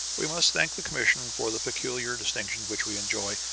we must thank the commission for the peculiar distinction which we enjoy.